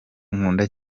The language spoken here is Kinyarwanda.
nkunda